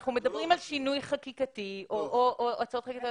אנחנו מדברים על שינוי חקיקתי או הצעות חקיקה,